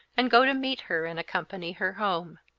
and go to meet her and accompany her home.